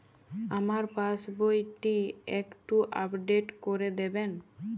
আমার পাসবই টি একটু আপডেট করে দেবেন?